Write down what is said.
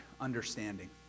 understanding